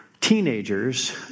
teenagers